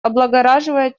облагораживает